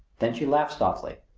then she laughed softly.